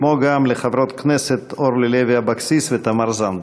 כמו גם לחברות הכנסת אורלי לוי אבקסיס ותמר זנדברג.